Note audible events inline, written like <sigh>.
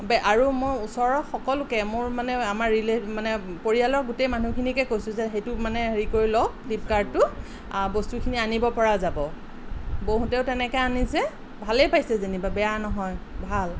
আৰু মোৰ ওচৰৰ সকলোকে মোৰ মানে আমাৰ <unintelligible> মানে পৰিয়ালৰ গোটেই মানুহখিনিকে কৈছোঁ যে সেইটো মানে হেৰি কৰি ল' ফ্লিপকাৰ্টটো বস্তুখিনি আনিব পৰা যাব বৌহঁতেও তেনেকৈ আনিছে ভালে পাইছে যেনিবা বেয়া নহয় ভাল